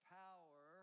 power